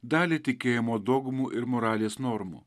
dalį tikėjimo dogmų ir moralės normų